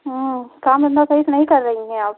काम धंधा सही से नहीं कर रहीं हैं आप